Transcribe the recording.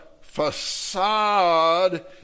facade